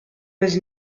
was